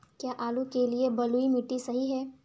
क्या आलू के लिए बलुई मिट्टी सही है?